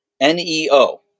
N-E-O